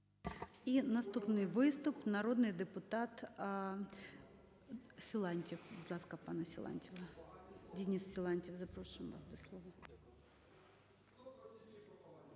І наступний виступ – народний депутат Силантьєв. Будь ласка, пане Силантьєв. Денис Силантьєв, запрошуємо вас до слова.